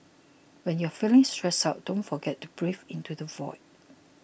when you are feeling stressed out don't forget to breathe into the void